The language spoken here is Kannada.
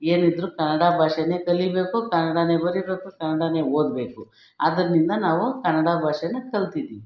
ಏನಿದ್ದರೂ ಕನ್ನಡ ಭಾಷೆನೇ ಕಲಿಬೇಕು ಕನ್ನಡನೇ ಬರೀಬೇಕು ಕನ್ನಡನೇ ಓದಬೇಕು ಅದರ್ನಿಂದ ನಾವು ಕನ್ನಡ ಭಾಷೆನ ಕಲ್ತಿದ್ದೀವಿ